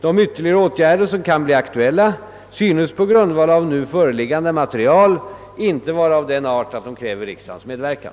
De ytterligare åtgärder som kan bli aktuella synes på grundval av nu föreliggande material inte vara av den art att de kräver riksdagens medverkan.